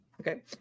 Okay